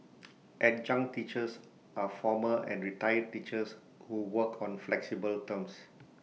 adjunct teachers are former and retired teachers who work on flexible terms